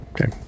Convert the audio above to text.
Okay